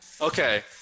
Okay